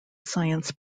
science